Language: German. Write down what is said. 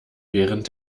während